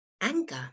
Anger